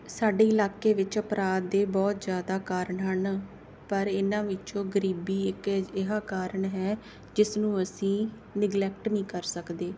ਸਾਡੇ ਇਲਾਕੇ ਵਿੱਚ ਅਪਰਾਧ ਦੀ ਬਹੁਤ ਜ਼ਿਆਦਾ ਕਾਰਨ ਹਨ ਪਰ ਇਹਨਾਂ ਵਿੱਚੋਂ ਗਰੀਬੀ ਇੱਕ ਅਜਿਹਾ ਕਾਰਨ ਹੈ ਜਿਸ ਨੂੰ ਅਸੀਂ ਨਿਗਲੈਕਟ ਨਹੀਂ ਕਰ ਸਕਦੇ